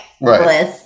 Right